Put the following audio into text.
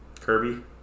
Kirby